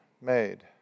made